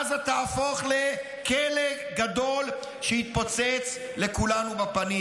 עזה תהפוך לכלא גדול שיתפוצץ לכולנו בפנים.